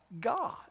God